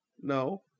no